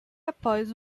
após